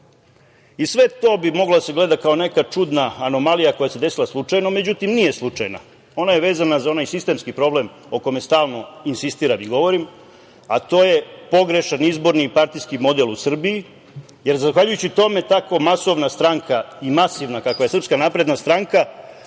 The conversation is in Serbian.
I sve to bi moglo da se gleda kao neka čudna anomalija koja se desila slučajno, međutim nije slučajna. Ona je vezana za onaj sistemski problem o kome stalno insistiram i govorim, a to je pogrešan izborni partijski model u Srbiji. Jer, zahvaljujući tome tako masovna stranka i masivna, kakva je SNS nema poslanike